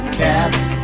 cats